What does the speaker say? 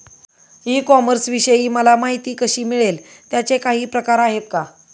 E कॉमर्सविषयी मला माहिती कशी मिळेल? त्याचे काही प्रकार आहेत का?